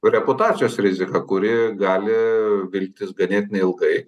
kur reputacijos rizika kuri gali vilktis ganėtinai ilgai